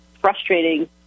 frustrating